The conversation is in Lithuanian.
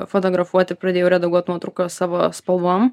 fotografuoti pradėjau redaguot nuotraukas savo spalvom